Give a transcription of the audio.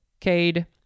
cade